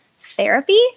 therapy